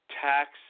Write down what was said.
tax